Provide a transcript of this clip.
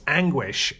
anguish